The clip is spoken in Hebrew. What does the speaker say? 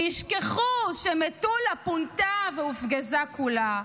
וישכחו שמטולה פונתה והופגזה כולה.